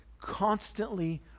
constantly